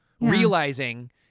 Realizing